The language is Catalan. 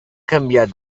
canviat